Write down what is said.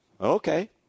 okay